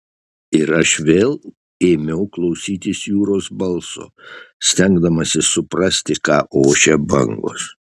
ir aš vėl ėmiau klausytis jūros balso stengdamasis suprasti ką ošia bangos